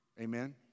Amen